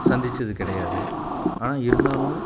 சந்திச்சது கிடையாது ஆனால் இருந்தாலும்